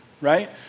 Right